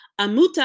amuta